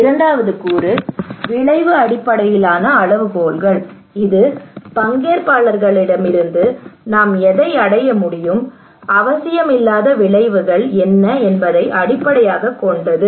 இரண்டாவது கூறு விளைவு அடிப்படையிலான அளவுகோல்கள் இது பங்கேற்பாளர்களிடமிருந்து நாம் எதை அடைய முடியும் அவசியமில்லாத விளைவுகள் என்ன என்பதை அடிப்படையாகக் கொண்டது